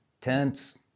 tents